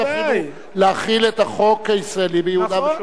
להחיל את החוק הישראלי ביהודה ושומרון.